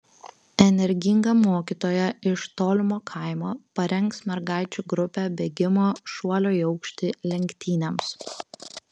energinga mokytoja iš tolimo kaimo parengs mergaičių grupę bėgimo šuolio į aukštį lenktynėms